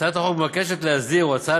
הצעת החוק מבקשת להסדיר, או ההצעה